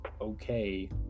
okay